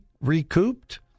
recouped